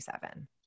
seven